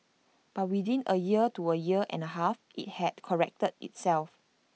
but within A year to A year and A half IT had corrected itself